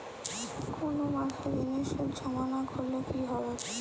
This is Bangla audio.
কোনো মাসে ঋণের সুদ জমা না করলে কি হবে?